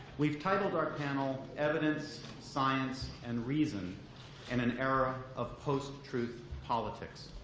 we've titled our panel, evidence, science, and reason in an era of post-truth politics.